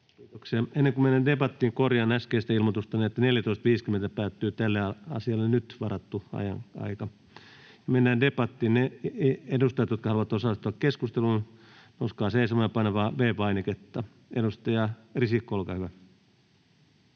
Ennen kuin mennään debattiin, korjaan äskeistä ilmoitustani, eli kello 14.50 päättyy tälle asialle nyt varattu aika. Mennään debattiin. Ne edustajat, jotka haluavat osallistua keskusteluun, nouskaa seisomaan ja painakaa V-painiketta. — Edustaja Risikko, olkaa hyvä.